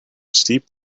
steep